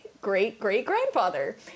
great-great-grandfather